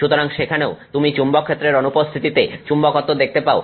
সুতরাং সেখানেও তুমি চুম্বকক্ষেত্রের অনুপস্থিতিতে চুম্বকত্ব দেখতে পাও